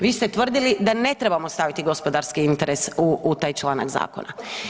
Vi ste tvrdili da ne trebamo staviti gospodarski interes u taj članak zakona.